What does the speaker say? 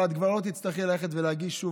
אבל את כבר לא תצטרכי ללכת ולהגיש שוב